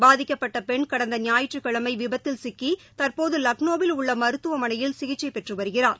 பாதிக்கப்பட்ட பெண் கடந்த ஞாயிற்றுக்கிழமை விபத்தில் சிக்கி தற்போது லக்னோவில் உள்ள மருத்துவமனையில் சிகிச்சை பெற்று வருகிறார்